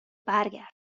برگردم